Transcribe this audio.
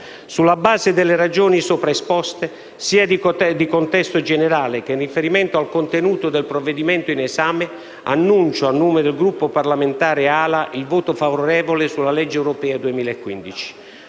Sulla base delle ragioni sopra esposte, sia di contesto generale che in riferimento al contenuto del provvedimento in esame, dichiaro a nome del Gruppo parlamentare AL-A il voto favorevole alla legge europea 2015-2016.